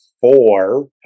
four